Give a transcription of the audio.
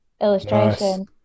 illustration